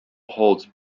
hold